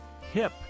hip